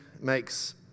makes